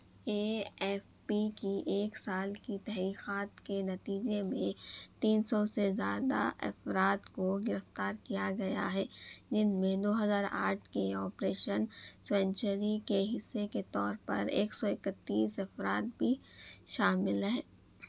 اے F P کی ایک سال کی تحقیقات کے نتیجے میں تین سو سے زیادہ افراد کو گرفتار کیا گیا ہے جن میں دو ہزار آٹھ کے آپریشن سینچوری کے حصے کے طور پر ایک سو اکتیس افراد بھی شامل ہیں